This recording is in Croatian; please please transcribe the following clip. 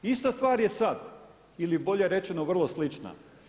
Ista stvar je sad, ili bolje rečeno vrlo slična.